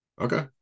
Okay